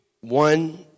One